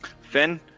Finn